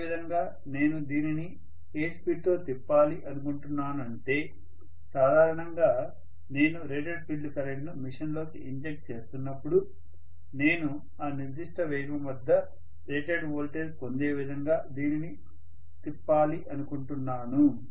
అదేవిధంగా నేను దీనిని ఏ స్పీడ్తో తిప్పాలి అనుకుంటున్నాను అంటే సాధారణంగా నేను రేటెడ్ ఫీల్డ్ కరెంట్ను మెషీన్లోకి ఇంజెక్ట్ చేస్తున్నప్పుడు నేను ఆ నిర్దిష్ట వేగం వద్ద రేటెడ్ వోల్టేజ్ పొందే విధంగా దీనిని తిప్పాలనుకుంటున్నాను